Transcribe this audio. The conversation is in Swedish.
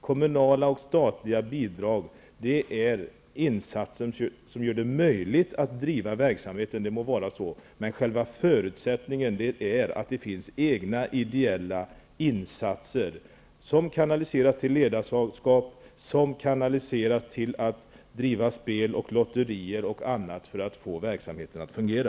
Kommunala och statliga bidrag är insatser som gör det möjligt att driva verksamheten, det må vara så, men själva förutsättningen är att det finns egna ideella insatser som kanaliseras till ledarskap och till att driva spel och lotterier för att få verksamheten att fungera.